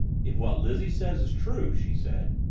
if what lizzie says is true, she said,